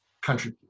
country